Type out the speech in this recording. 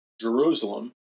Jerusalem